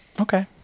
Okay